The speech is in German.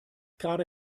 gerade